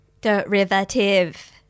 Derivative